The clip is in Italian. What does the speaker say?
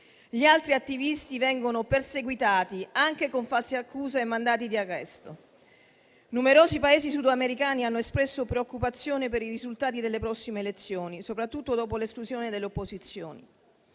Gli altri attivisti vengono perseguitati, anche con false accuse e mandati di arresto. Numerosi Paesi sudamericani hanno espresso preoccupazione per i risultati delle prossime elezioni, soprattutto dopo l'esclusione delle opposizioni.